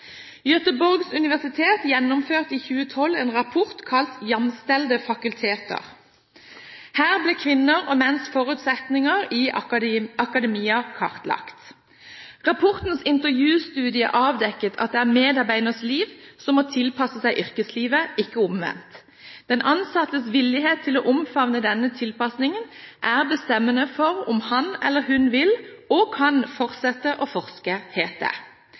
Göteborgs universitet gjennomførte i 2012 en rapport kalt «Jamställda fakulteter?» Her ble kvinners og menns forutsetninger i akademia kartlagt. Rapportens intervjustudie avdekket at det er medarbeidernes liv som må tilpasse seg yrkeslivet – ikke omvendt. Den ansattes villighet til å omfavne denne tilpasningen er bestemmende for om han eller hun vil og kan fortsette å forske, het det.